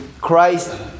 Christ